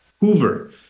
Hoover